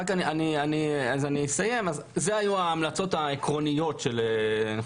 סקרתי את ההמלצות העקרוניות.